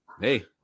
Hey